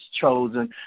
chosen